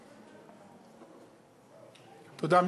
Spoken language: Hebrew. תודה.